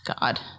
God